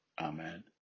Amen